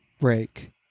break